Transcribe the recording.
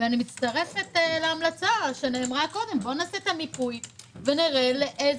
אני מצטרפת להמלצה שנאמרה קודם בואו נעשה את המיפוי ונראה לאילו